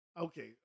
Okay